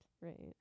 Right